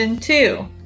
two